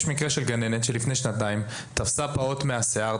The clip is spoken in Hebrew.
יש מקרה שלגננת שלפני שנתיים תפסה פעוט מהשיער,